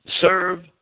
serve